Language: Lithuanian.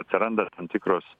atsiranda tam tikros